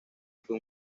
fue